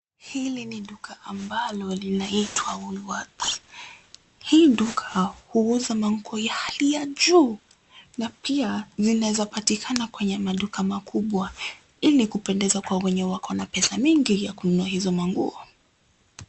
Hili ni duka ambalo linaitwa Woolworths, hii duka huuza ngoa za hali ya juu na pia linaweza patikana kwenye maduka makubwa ili kupendeza kwa wenye wako na pesa mingi ya kukunua hizo manguo.